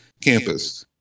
campus